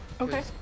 Okay